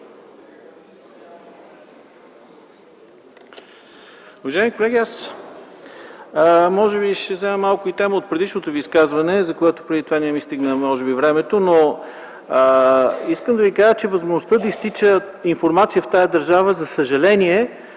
възможността да изтича информация в тази държава, за съжаление